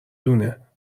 دونه